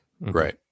Right